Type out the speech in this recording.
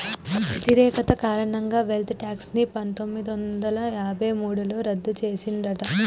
వ్యతిరేకత కారణంగా wealth tax ని పందొమ్మిది వందల యాభై మూడులో రద్దు చేసిండ్రట